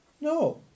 No